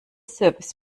service